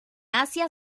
asia